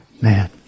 Man